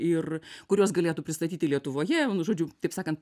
ir kurios galėtų pristatyti lietuvoje nu žodžiu taip sakant